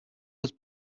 was